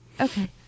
Okay